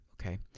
Okay